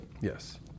Yes